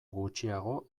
gutxiago